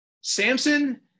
samson